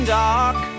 dark